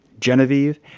Genevieve